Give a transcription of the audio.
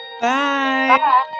Bye